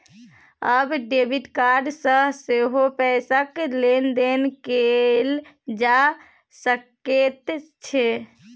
आब debit card सँ सेहो पैसाक लेन देन कैल जा सकैत छै